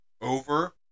over